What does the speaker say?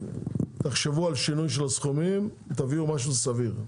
תחשבו על שינוי של הסכומים תביאו משהו סביר,